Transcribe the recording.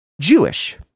Jewish